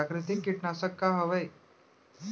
प्राकृतिक कीटनाशक का हवे?